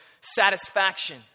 satisfaction